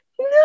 no